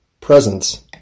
presence